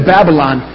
Babylon